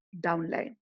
downline